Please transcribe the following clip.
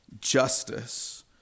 justice